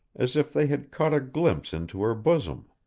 as if they had caught a glimpse into her bosom.